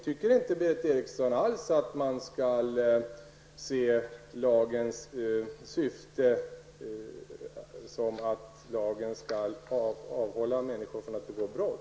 Tycker inte Berith Eriksson alls att lagens syfte skall vara att försöka avhålla människor från att begå brott?